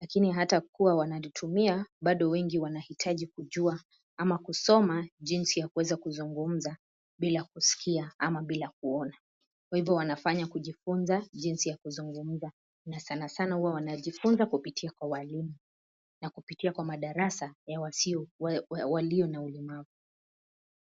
lakini ata kuwa wanakitumia bado wengi wanahitaji kujua ama kusoma jinsi ya kuweza kuzungumza bila kuskia ama bila kuona. Kwa ivo wanafanya kujifunza jinsi ya kuzungumza na sanasana huwa wanajifunza kupitia kwa walimu na kupitia kwa madarasa ya walio na ulemavu.